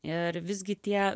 ir visgi tie